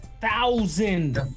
thousand